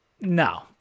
no